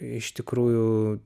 iš tikrųjų